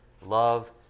love